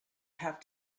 have